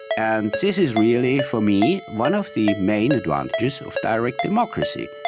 and this is really for me, one of the main advantages so of direct democracy.